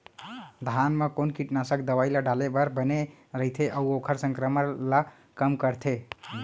धान म कोन कीटनाशक दवई ल डाले बर बने रइथे, अऊ ओखर संक्रमण ल कम करथें?